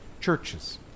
churches